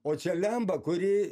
o čia lemba kuri